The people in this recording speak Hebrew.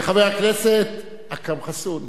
חבר הכנסת אכרם חסון.